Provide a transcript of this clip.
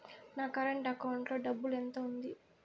నా current account లో డబ్బులు ఎంత ఉంది?